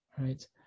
right